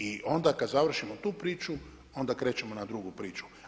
I onda kada završimo tu priču onda krećemo na drugu priču.